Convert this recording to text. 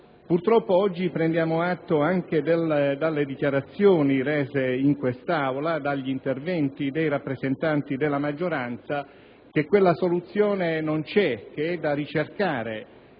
Purtroppo oggi prendiamo atto, anche dalle dichiarazioni rese in quest'Aula e dagli interventi dei rappresentanti della maggioranza, che quella soluzione non c'è e che è da ricercare,